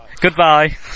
Goodbye